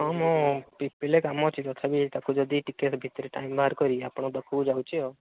ହଉ ମୁଁ P P ଏଲ୍ରେ କାମ ଅଛି ତଥାପି ତାକୁ ଯଦି ଟିକେ ଭିତରେ ଟାଇମ୍ ବାହାର କରି ଆପଣଙ୍କ ପାଖକୁ ଯାଉଛି ଆଉ